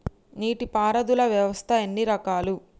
నీటి పారుదల వ్యవస్థ ఎన్ని రకాలు?